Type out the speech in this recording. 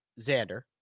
Xander